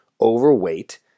overweight